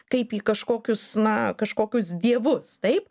kaip į kažkokius na kažkokius dievus taip